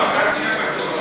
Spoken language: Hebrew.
אל תהיה בטוח.